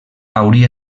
hauria